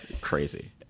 Crazy